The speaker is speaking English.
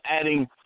adding